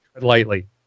Lightly